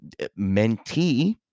mentee